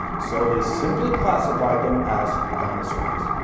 so they simply classified them as dinosaurs.